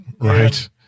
Right